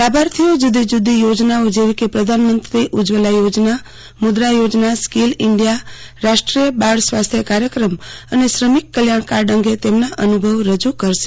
લાભાર્થીઓ જૂદી જૂદી યોજનાઓ જેવી કે પ્રધાનમંત્રી ઉજ્જવલા યોજના મુદ્રા યોજના સ્કીલ ઇન્ડિયા રાષ્ટ્રીય બાળ સ્વાસ્થ્ય કાર્યક્રમ અને શ્રમિક કલ્યાણ કાર્ડ અંગે તેમના અનુભવો રજૂ કરશે